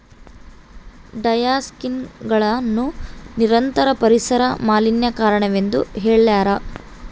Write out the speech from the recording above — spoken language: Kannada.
ಡಯಾಕ್ಸಿನ್ಗಳನ್ನು ನಿರಂತರ ಪರಿಸರ ಮಾಲಿನ್ಯಕಾರಕವೆಂದು ಹೇಳ್ಯಾರ